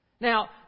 Now